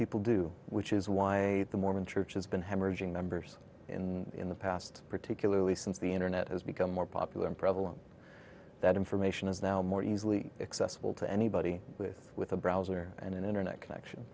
people do which is why the mormon church has been hemorrhaging members in in the past particularly since the internet has become more popular and prevalent that information is now more easily accessible to anybody with with a browser and an internet connection